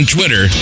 Twitter